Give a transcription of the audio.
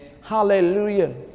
Hallelujah